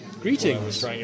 Greetings